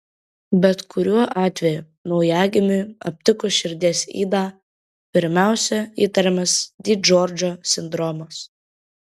bet kuriuo atveju naujagimiui aptikus širdies ydą pirmiausia įtariamas di džordžo sindromas